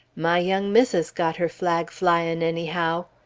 my young missus got her flag flyin', anyhow!